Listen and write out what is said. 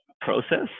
process